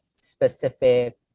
specific